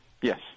Yes